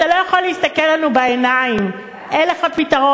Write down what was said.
אתה לא יכול להסתכל לנו בעיניים, אין לך פתרון.